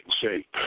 shape